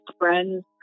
friends